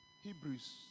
Hebrews